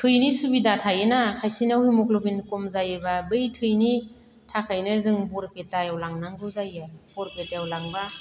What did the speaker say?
थैनि सुबिदा थायोना खायसेनाव हेमग्ल'बिन खम जायोब्ला बै थैनि थाखायनो जों बरपेटायाव लांनांगौ जायो बरपेटायाव लांब्ला